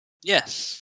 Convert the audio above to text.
Yes